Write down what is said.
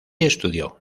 estudió